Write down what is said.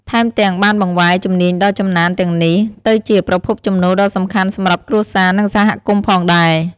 ថែមទាំង បានបង្វែរជំនាញដ៏ចំណានទាំងនេះទៅជាប្រភពចំណូលដ៏សំខាន់សម្រាប់គ្រួសារ និងសហគមន៍ផងដែរ។